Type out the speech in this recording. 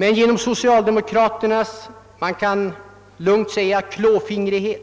Men genom socialdemokraternas klåfingrighet — man kan gott använda detta